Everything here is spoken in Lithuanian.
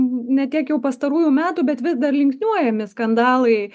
ne tiek jau pastarųjų metų bet vis dar linksniuojami skandalai